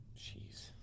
Jeez